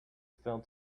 fell